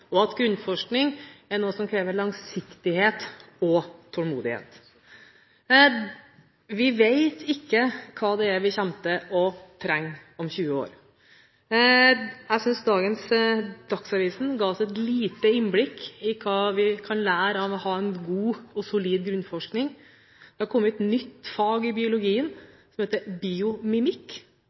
nysgjerrighet», at grunnforskning er noe som krever langsiktighet og tålmodighet – vi vet ikke hva vi kommer til å trenge om 20 år. Jeg synes Dagsavisen i dag gir oss et lite innblikk i hva vi kan lære av å ha en god og solid grunnforskning. Det har kommet et nytt fag i biologien som heter